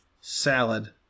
salad